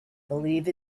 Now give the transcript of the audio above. believe